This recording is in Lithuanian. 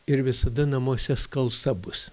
ir visada namuose skalsa bus